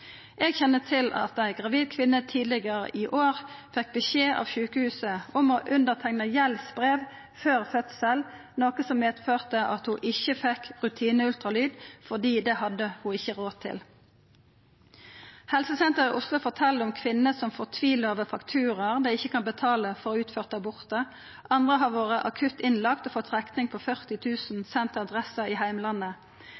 Eg kjenner til at ei gravid kvinne tidlegare i år fekk beskjed av sjukehuset om å underteikna gjeldsbrev før fødselen, noko som medførte at ho ikkje fekk rutineultralyd fordi ho ikkje hadde råd til det. Helsesenteret i Oslo fortel om kvinner som fortviler over fakturaer dei ikkje kan betala for utførte abortar, andre har vore akutt innlagde og fått rekningar på